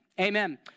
Amen